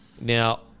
Now